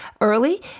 early